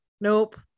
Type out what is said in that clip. Nope